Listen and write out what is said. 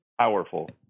Powerful